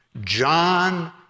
John